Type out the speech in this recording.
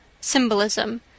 Symbolism